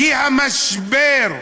כי המשבר,